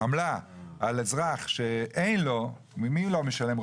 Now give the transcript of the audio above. עמלה על אזרח שאין לו מי לא משלם?